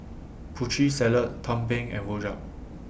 Putri Salad Tumpeng and Rojak